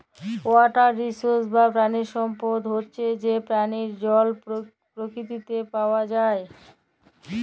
water resources বা পানি সম্পদ হচ্যে যে পানিয় জল পরকিতিতে পাওয়া যায়